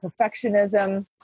Perfectionism